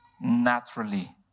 Naturally